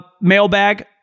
mailbag